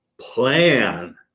plan